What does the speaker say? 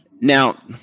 Now